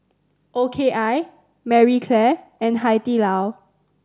O K I Marie Claire and Hai Di Lao